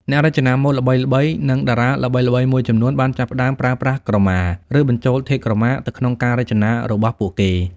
អ្នករចនាម៉ូដល្បីៗ និងតារាល្បីៗមួយចំនួនបានចាប់ផ្តើមប្រើប្រាស់ក្រមា ឬបញ្ចូលធាតុក្រមាទៅក្នុងការរចនារបស់ពួកគេ។